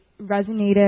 resonated